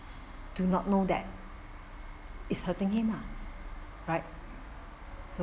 do not know that is her thinking mah right so